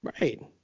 Right